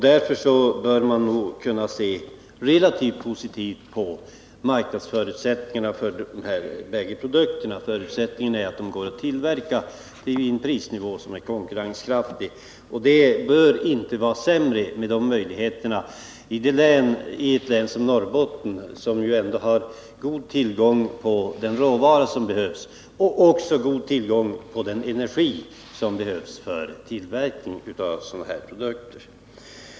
Därför bör man nog kunna se relativt positivt på marknadsförutsättningarna för dessa bägge produkter. Förutsättningen härför är att de kan tillverkas på en konkurrenskraftig prisnivå, och de möjligheterna bör inte vara sämre än på andra håll i ett län som Norrbotten, som har god tillgång till den råvara och också till den energi som behövs för tillverkning av sådana produkter.